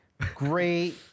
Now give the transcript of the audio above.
great